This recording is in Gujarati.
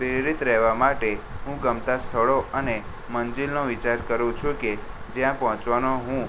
પ્રેરિત રહેવા માટે હું ગમતાં સ્થળો અને મંજિલનો વિચાર કરું છું કે જ્યાં પહોંચવાનો હું